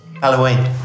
Halloween